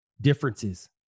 differences